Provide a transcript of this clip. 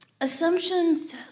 assumptions